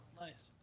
Nice